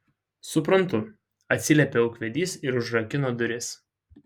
suprantu atsiliepė ūkvedys ir užrakino duris